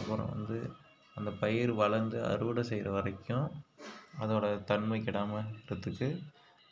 அப்புறம் வந்து அந்த பயிர் வளர்ந்து அறுவடை செய்கிற வரைக்கும் அதோடய தன்மை கெடாமல் இருக்கிறதுக்கு